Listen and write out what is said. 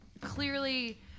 clearly